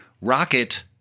Rocket